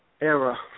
Era